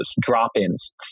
drop-ins